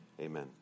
amen